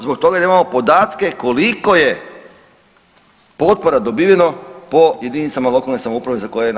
Zbog toga jer nemao podatke koliko je potpora dobiveno po jedinicama lokalne samouprave i za koje namjene.